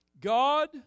God